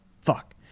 Fuck